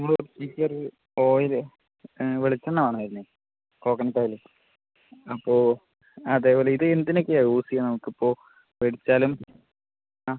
നമ്മള് P C R G oil വെളിച്ചെണ്ണ വേണമായിരുന്നു കോക്കനട്ട് ഒയില് അപ്പോൾ അതേപോലെ ഇതെന്തിനൊക്കെയാ യൂസ് ചെയ്യുന്നത് നമുക്കിപ്പോൾ മേടിച്ചാലും ആ